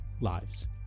lives